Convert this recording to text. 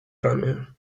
ramię